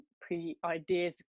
pre-ideas